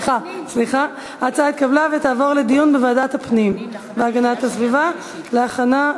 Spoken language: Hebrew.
התשע"ד 2013, לוועדת הפנים והגנת הסביבה נתקבלה.